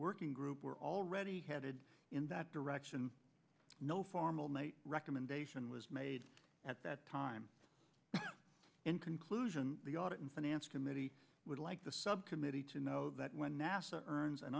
working group were already headed in that direction no formal night recommendation was made at that time in conclusion the audit and finance committee would like the subcommittee to know that when nasa earns an